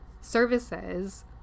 services